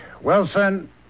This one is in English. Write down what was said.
Wilson